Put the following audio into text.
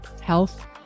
health